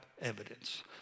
evidence